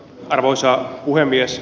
arvoisa puhemies